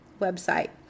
website